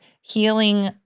healing